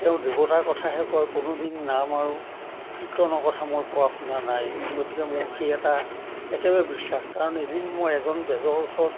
তেওঁ দেৱতাৰ কথাহে কয় কোনোদিন নাম আৰু কীৰ্তনৰ কথা মই কোৱা শুনা নাই গতিকে মোৰ সেই এটা একেবাৰে বিশ্বাস কাৰণ এদিন মই এজন বেজৰ ওচৰত